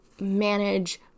manage